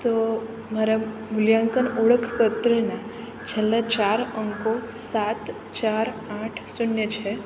તો મારા મૂલ્યાંકન ઓળખ પત્રને છેલ્લા ચાર અંકો સાત ચાર આઠ શૂન્ય છે